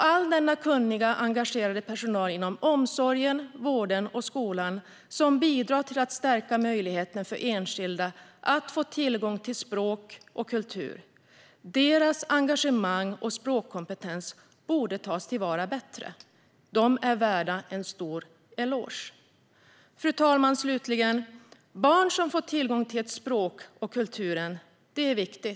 All denna kunniga och engagerade personal inom omsorgen, vården och skolan bidrar till och stärker möjligheten för enskilda att få tillgång till språk och kultur. Deras engagemang och språkkompetens borde tas till vara bättre. De är värda en stor eloge! Fru talman! Att barn får tillgång till ett språk och en kultur är viktigt.